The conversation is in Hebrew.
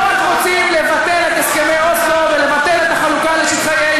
לא רק רוצים לבטל את הסכמי אוסלו ולבטל את החלוקה לשטחי A,